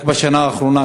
רק בשנה האחרונה,